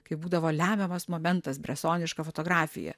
kai būdavo lemiamas momentas bresoniška fotografija